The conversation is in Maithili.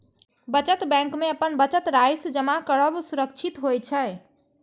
बचत बैंक मे अपन बचत राशि जमा करब सुरक्षित होइ छै